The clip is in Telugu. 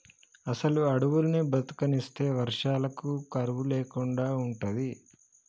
అసలు అడువుల్ని బతకనిస్తే వర్షాలకు కరువు లేకుండా ఉంటది